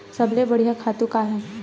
सबले बढ़िया खातु का हे?